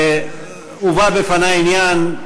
הובא בפני עניין,